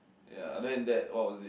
ya then that what was it